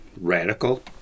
radical